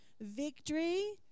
victory